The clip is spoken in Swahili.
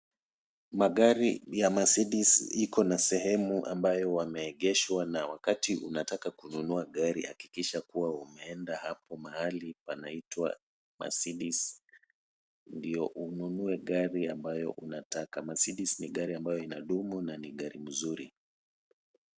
Magari ya Mercedes iko na sehemu ambayo wameegeshwa na wakati unataka kununua gari hakikisha kuwa umeenda hapo mahali panaitwa Mercedes, ndio ununue gari ambayo unataka. Mercedes ni gari ambayo ina dumu na ni gari mzuri.